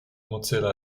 mozilla